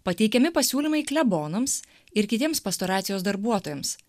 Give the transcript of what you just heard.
pateikiami pasiūlymai klebonams ir kitiems pastoracijos darbuotojams